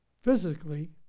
physically